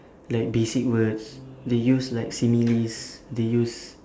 like basic words they use like similes they use